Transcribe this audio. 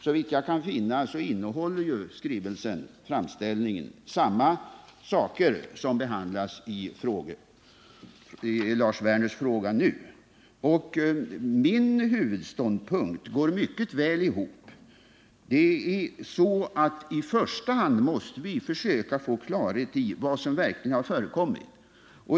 Såvitt jag kan finna, innehåller framställningen samma saker som behandlas i Lars Werners fråga nu. Min huvudståndpunkt hänger mycket väl ihop. I första hand måste vi försöka få klarhet i vad som verkligen har förekommit.